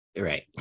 right